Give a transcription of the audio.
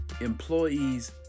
Employees